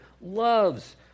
loves